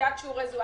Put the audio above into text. ולקביעת שיעורי זום?